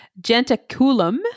gentaculum